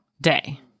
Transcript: day